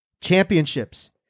championships